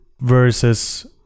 versus